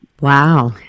Wow